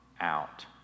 out